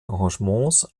engagements